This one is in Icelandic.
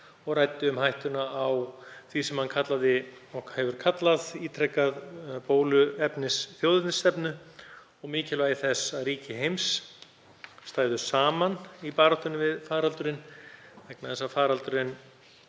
og ræddi um hættuna á því sem hann hefur ítrekað kallað bóluefnisþjóðernisstefnu og mikilvægi þess að ríki heims stæðu saman í baráttunni við faraldurinn vegna þess að faraldurinn